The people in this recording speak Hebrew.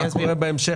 מה קורה בהמשך?